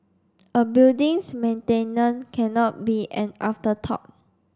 a building's maintenance cannot be an afterthought